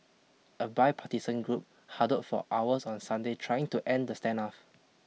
a bipartisan group huddled for hours on Sunday trying to end the standoff